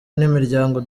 n’imiryango